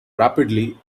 rapidly